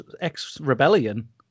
ex-Rebellion